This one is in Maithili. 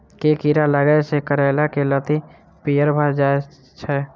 केँ कीड़ा लागै सऽ करैला केँ लत्ती पीयर भऽ जाय छै?